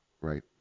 Right